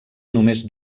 només